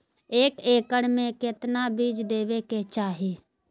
एक एकड़ मे केतना बीज देवे के चाहि?